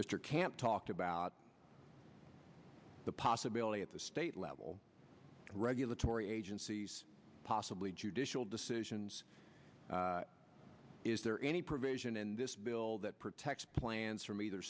mr can't talk about the possibility at the state level regulatory agencies possibly judicial decisions is there any provision in this bill that protects plans from either